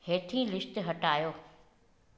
हेठि लिस्ट हटायो